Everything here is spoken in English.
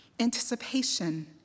anticipation